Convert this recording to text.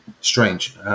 strange